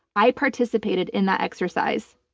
i participated in that exercise.